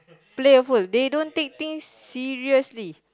playful they don't take things seriously